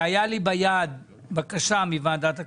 והייתה לי ביד בקשה מוועדת הכספים,